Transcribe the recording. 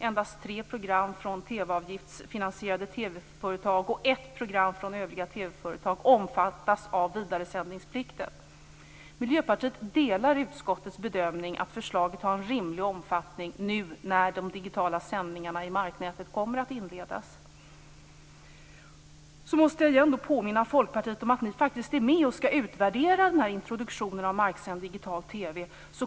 Endast tre program från TV avgiftsfinansierade TV-företag och ett program från övriga TV-företag omfattas av vidaresändningsplikten. Miljöpartiet delar utskottets bedömning att förslaget har en rimlig omfattning nu när de digitala sändningarna i marknätet kommer att inledas. Så måste jag återigen påminna Folkpartiet om att ni faktiskt är med och skall utvärdera den här introduktionen av marksänd digital TV.